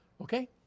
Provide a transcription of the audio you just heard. Okay